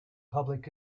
public